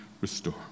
restore